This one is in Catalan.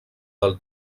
del